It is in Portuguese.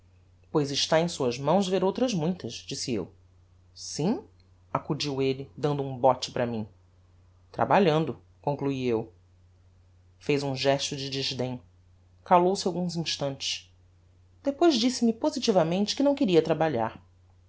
pois está em suas mãos ver outras muitas disse eu sim acudiu elle dando um bote para mim trabalhando conclui eu fez um gesto de desdem calou-se alguns instantes depois disse-me positivamente que não queria trabalhar